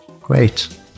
Great